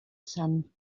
sun